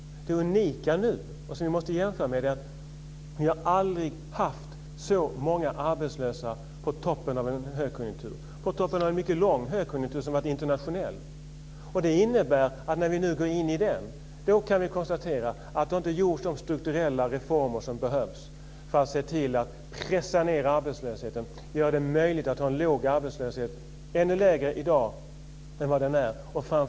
Det unika nu är att vi aldrig har haft så många arbetslösa på toppen av en mycket långvarig högkonjunktur som är internationell. Det innebär att vi kan konstatera att det inte har genomförts de strukturella reformer som behövs för att pressa ned arbetslösheten så att den långsiktigt hade kunnat bli ännu lägre än vad den är i dag.